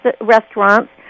restaurants